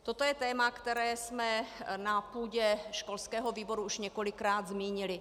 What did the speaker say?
Toto je téma, které jsme na půdě školského výboru už několikrát zmínili.